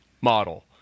model